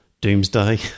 Doomsday